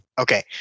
Okay